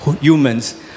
humans